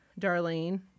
darlene